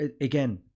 Again